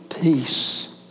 peace